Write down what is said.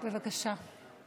בבקשה.